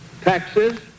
taxes